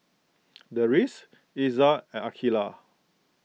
Deris Izzat and Aqeelah